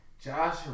Josh